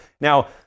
now